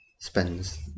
spends